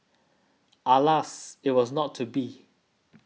alas it was not to be